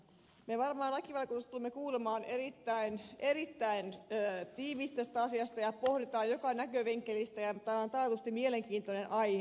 me varmaan lakivaliokunnassa tulemme kuulemaan erittäin erittäin tiiviisti tästä asiasta ja pohdimme joka näkövinkkelistä ja tämä on taatusti mielenkiintoinen aihe